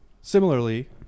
similarly